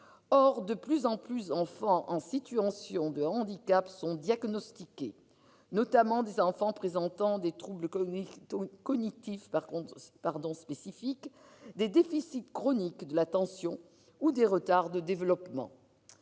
Or de plus en plus d'enfants sont diagnostiqués en situation de handicap. Il s'agit notamment d'enfants présentant des troubles cognitifs spécifiques, des déficits chroniques de l'attention ou des retards de développement.